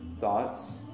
thoughts